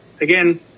again